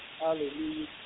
hallelujah